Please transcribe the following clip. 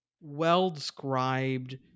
well-described